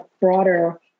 broader